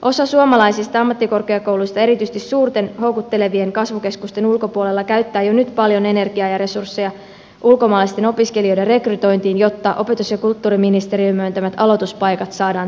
osa suomalaisista ammattikorkeakouluista erityisesti suurten houkuttelevien kasvukeskusten ulkopuolella käyttää jo nyt paljon energiaa ja resursseja ulkomaalaisten opiskelijoiden rekrytointiin jotta opetus ja kulttuuriministeriön myöntämät aloituspaikat saadaan täytettyä